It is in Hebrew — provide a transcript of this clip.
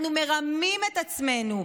אנחנו מרמים את עצמנו.